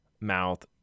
mouth